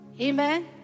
amen